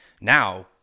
now